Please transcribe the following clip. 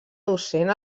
docent